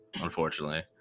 unfortunately